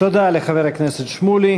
תודה לחבר הכנסת שמולי.